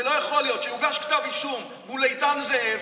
ולא יכול להיות שיוגש כתב אישום מול איתן זאב,